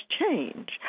change